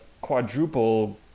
quadruple